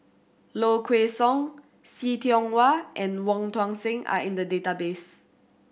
Low Kway Song See Tiong Wah and Wong Tuang Seng are in the database